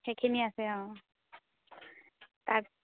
সেইখিনিয়ে আছে অঁ তাত